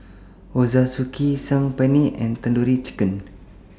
Ochazuke Saag Paneer and Tandoori Chicken